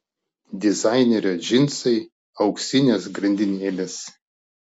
dizainerio džinsai auksinės grandinėlės